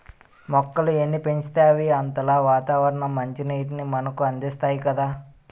మొక్కలు ఎన్ని పెంచితే అవి అంతలా వాతావరణ మంచినీటిని మనకు అందిస్తాయి కదా